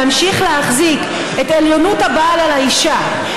להמשיך להחזיק את עליונות הבעל על האישה,